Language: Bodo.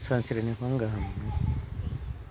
सानस्रिनायखौ आं गाहाम मोनो